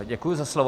Děkuji za slovo.